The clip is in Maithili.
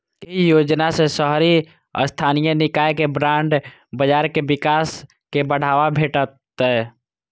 एहि योजना सं शहरी स्थानीय निकाय के बांड बाजार के विकास कें बढ़ावा भेटतै